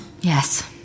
Yes